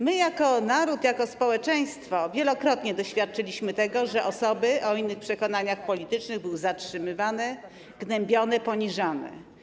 My jako naród, jako społeczeństwo wielokrotnie doświadczyliśmy tego, że osoby o innych przekonaniach politycznych były zatrzymywane, gnębione, poniżane.